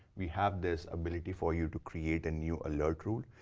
we have this ability for you to create a new alert rule.